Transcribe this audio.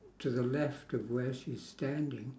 to the left of where she's standing